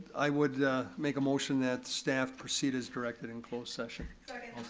i would make a motion that staff proceed as directed in closed session.